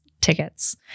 tickets